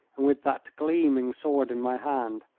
and with that gleaming sword in my hand,